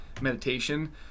meditation